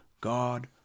God